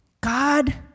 God